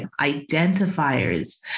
identifiers